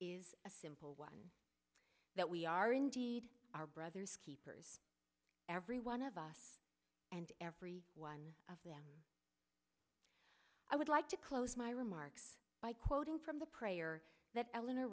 is a simple one that we are indeed our brothers keepers every one of us and every one of them i would like to close my remarks by quoting from the prayer that eleanor